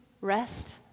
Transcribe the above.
rest